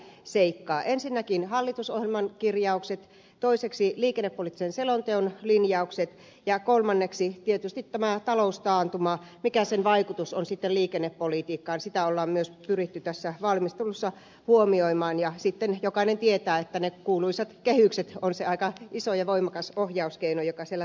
ensinnäkin hallitusohjelman kirjaukset toiseksi liikennepoliittisen selonteon linjaukset ja kolmanneksi tietysti tämä taloustaantuma mikä sen vaikutus on liikennepolitiikkaan sitä on myös pyritty tässä valmistelussa huomioimaan ja sitten jokainen tietää että ne kuuluisat kehykset on se aika iso ja voimakas ohjauskeino joka siellä taustalla näkyy